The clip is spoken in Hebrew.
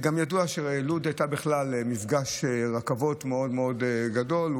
גם ידוע שלוד הייתה בכלל מפגש רכבות מאוד מאוד גדול,